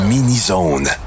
Mini-zone